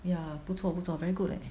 ya 不错不错 very good leh